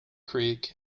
creek